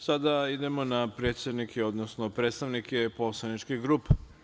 Sada idemo na predsednike, odnosno predstavnike poslaničkih grupa.